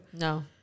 No